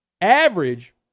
Average